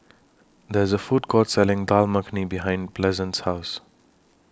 There IS A Food Court Selling Dal Makhani behind Pleasant's House